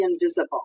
invisible